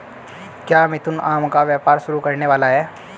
क्या मिथुन आम का व्यापार शुरू करने वाला है?